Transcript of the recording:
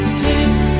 take